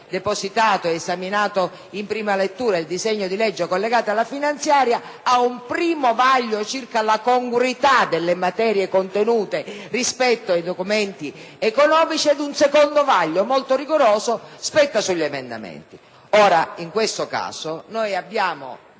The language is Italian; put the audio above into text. depositato ed esaminato in prima lettura il disegno di legge collegato alla finanziaria, esegue un primo vaglio circa la congruità delle materie contenute rispetto ai documenti economici e un secondo vaglio, molto rigoroso, sugli emendamenti. Ora, in questo caso, ci stiamo